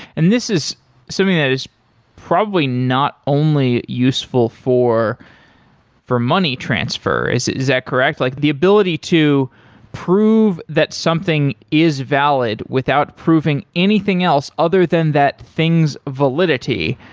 and this is something that is probably not only useful for for money transfer, is is that correct? like the ability to prove that something is valid without proving anything else other than that things validity,